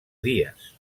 dies